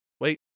Wait